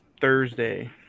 Thursday